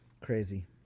Crazy